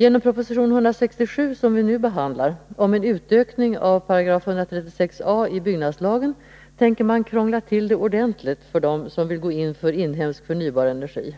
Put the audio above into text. Genom proposition 167, som vi nu behandlar, om en utökning av 136 a § byggnadslagen tänker man krångla till det ordentligt för dem som vill gå in för inhemsk, förnybar energi.